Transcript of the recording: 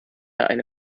eine